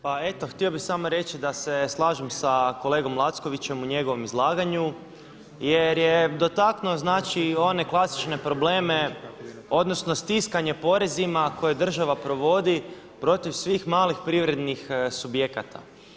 Pa eto, htio bih samo reći da se slažem sa kolegom Lackovićem u njegovom izlaganju, jer je dotaknuo znači one klasične probleme, odnosno stiskanje porezima koje država provodi protiv svih malih privrednih subjekata.